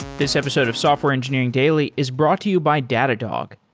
this episode of software engineering daily is brought to you by datadog,